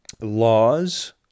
laws